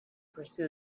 pursue